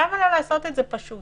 למה לא לעשות את זה פשוט?